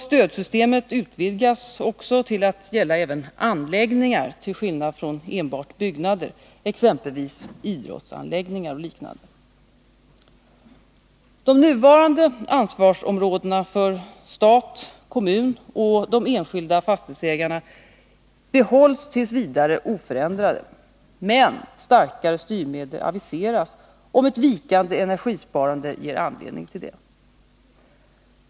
Stödsystemet utvidgas också till att gälla även anläggningar till skillnad från enbart byggnader, exempelvis idrottsanläggningar. De nuvarande ansvarsområdena för stat, kommun och de enskilda fastighetsägarna behålls t. v. oförändrade, men starkare styrmedel aviseras om ett vikande energisparande ger anledning till det.